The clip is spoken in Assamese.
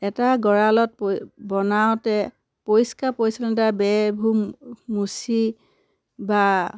এটা গঁৰালত বনাওঁতে পৰিষ্কাৰ পৰিচ্ছন্নতাৰে বেৰবোৰ মচি বা